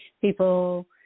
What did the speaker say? people